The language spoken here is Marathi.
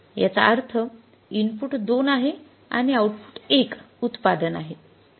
याचा अर्थ इनपुट २ आहे आणि आउटपुट १ उत्पादन आहे